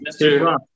Mr